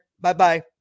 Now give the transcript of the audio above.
Bye-bye